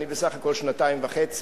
אני בסך הכול שנתיים וחצי,